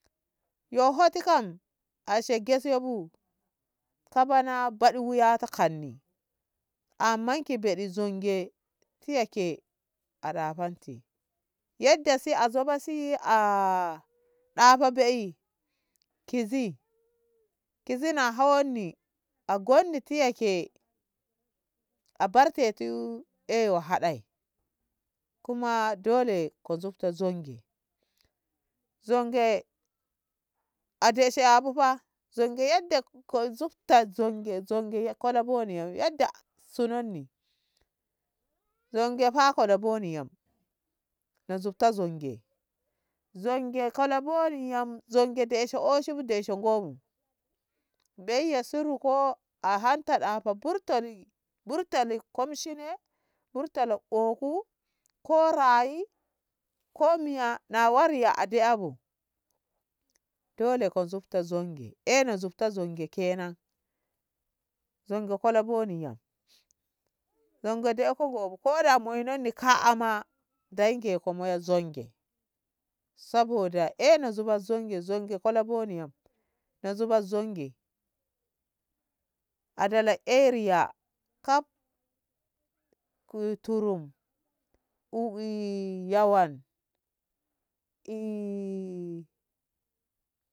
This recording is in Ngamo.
Yo hoti kan aseg heshiye bu kaba na baɗi wuya to kanni amman ki beɗi zonge tiyake arafanti yadda se azaba si a ɗafa be'e kizi kizi na hawanni agonni tiyake abartetu ewa haɗaye kuma dole ku nzuto zonge, zonge adeshi abu fa zonge yadda ko zubto zonge, zonge kolaboni yam yadda sunanni zongefa kolaboni yam ko zubto zonge, zonge zonge kolaboni yam zonge ndeshe oshibu ndeshe ngo bu be'e ya suro ko ko a hanta ɗako burtali burtali komshine burtali oku ko rayi ko miya na wa riya a de'abu dole ko zubto zonge eh na zubta zonge kenan zonge kalaboni yam, zonge deka gobu ko da moi non ka'a ma ndai ngeko ma zonge saboda ena zuba zonge zonge kolaboni yam na zuba zonge a dala eriya kaf kui turun eh yawan.